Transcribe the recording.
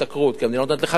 כי המדינה נותנת לך כסף.